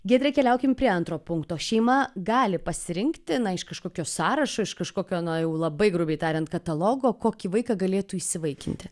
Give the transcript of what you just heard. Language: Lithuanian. giedre keliaukim prie antro punkto šeima gali pasirinkti na iš kažkokio sąrašo iš kažkokio na jau labai grubiai tariant katalogo kokį vaiką galėtų įsivaikinti